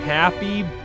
Happy